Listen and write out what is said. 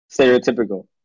stereotypical